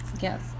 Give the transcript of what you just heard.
Yes